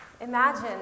Imagine